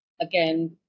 again